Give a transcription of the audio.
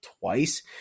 twice